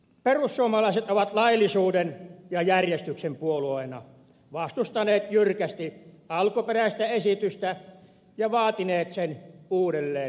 perussuomalaiset on laillisuuden ja järjestyksen puolueena vastustanut jyrkästi alkuperäistä esitystä ja vaatinut sen uudelleenvalmisteluun